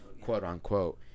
quote-unquote